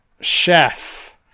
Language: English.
chef